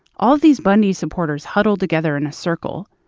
all these bundy supporters huddle together in a circle,